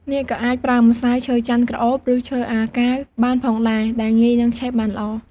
អ្នកក៏អាចប្រើម្សៅ ឈើចន្ទន៍ក្រអូប ឬ ឈើអាកាវបានផងដែរ ដែលងាយនិងឆេះបានល្អ។